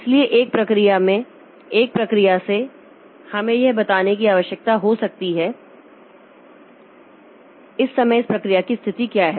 इसलिए एक प्रक्रिया से इसलिए हमें यह बताने की आवश्यकता हो सकती है कि इस समय इस प्रक्रिया की स्थिति क्या है